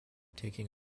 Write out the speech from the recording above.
taking